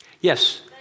Yes